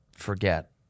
forget